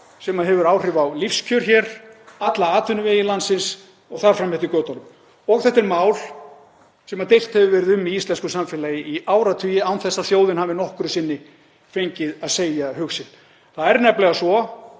sem hefur áhrif á lífskjör hér, alla atvinnuvegi landsins og þar fram eftir götunum og þetta er mál sem deilt hefur verið um í íslensku samfélagi í áratugi án þess að þjóðin hafi nokkru sinni fengið að segja hug sinn. Það er nefnilega svo